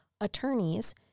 attorneys